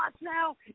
now